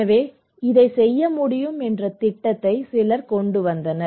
எனவே இதைச் செய்ய முடியும் என்ற திட்டத்தை சிலர் கொண்டு வந்தனர்